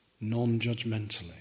Non-judgmentally